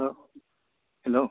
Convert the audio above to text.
hello